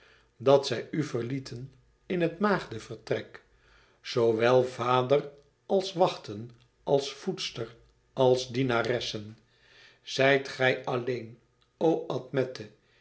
dat zij u verlieten in het maagdevertrek zoo wel vader als wachten als voedster als dienaressen zijt gij alleen o admete